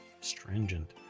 stringent